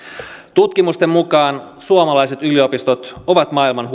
tutkimusten mukaan suomalaiset yliopistot ovat maailman